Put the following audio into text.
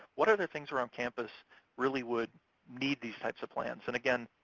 what other things around campus really would need these types of plans? and, again,